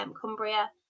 Cumbria